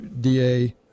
DA